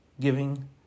giving